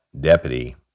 deputy